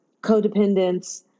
codependence